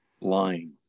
lying